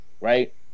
right